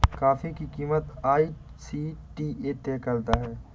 coffee की कीमत ICTA द्वारा तय की जाती है